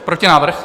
Protinávrh.